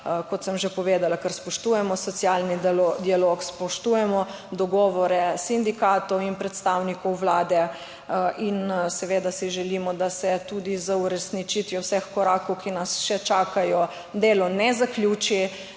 kot sem že povedala, ker spoštujemo socialni dialog, spoštujemo dogovore sindikatov in predstavnikov Vlade, in seveda si želimo, da se tudi z uresničitvijo vseh korakov, ki nas še čakajo, delo ne zaključi,